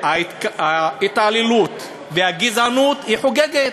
ההתעללות והגזענות חוגגות,